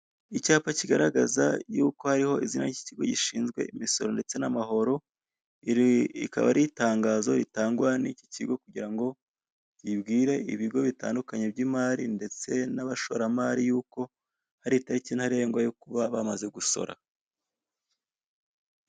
Icyapa kigaragaza yuko hariho izina ry'ikigo gishinzwe imisoso ndetse n'amahoro iri rikaba ari itangazo ritangwa niki kigo kugirango kibwire ibigo bitandukanye by'imari ndetse n'abashoramari yuko hari itariki ntarengwa yo kuba bamaze gusora.